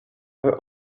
her